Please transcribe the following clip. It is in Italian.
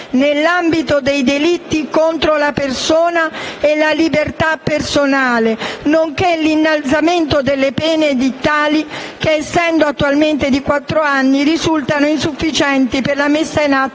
nell'ambito dei delitti contro la persona e la libertà personale, nonché l'innalzamento delle pene edittali che, essendo attualmente di quattro anni, risultano insufficienti per la messa in atto